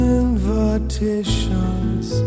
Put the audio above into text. invitations